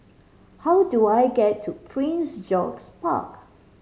how do I get to Prince George's Park